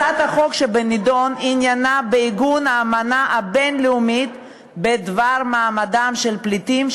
הצעת החוק שבנדון עניינה עיגון האמנה הבין-לאומית בדבר מעמדם של פליטים,